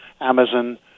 Amazon